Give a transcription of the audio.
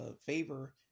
favor